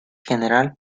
general